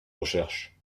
recherches